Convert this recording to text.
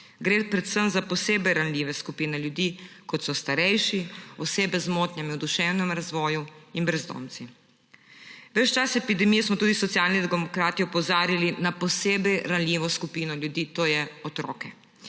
Gre za posebej ranljive skupine ljudi, kot so starejši, osebe z motnjami v duševnem razvoju in brezdomci. Ves čas epidemije smo tudi Socialni demokrati opozarjali na posebej ranljivo skupino ljudi, to je otroke.